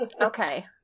Okay